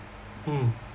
mm